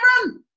run